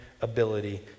ability